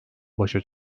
başa